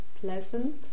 pleasant